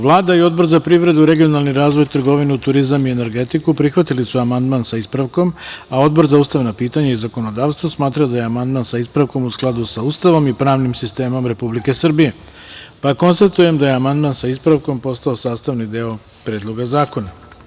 Vlada i Odbor za privredu, regionalni razvoj, trgovinu, turizam i energetiku prihvatili su amandman sa ispravkom, a Odbor za ustavna pitanja i zakonodavstvo smatra da je amandman sa ispravkom u skladu sa Ustavom i pravnim sistemom Republike Srbije, pa konstatujem da je amandman sa ispravkom postao sastavni deo Predloga zakona.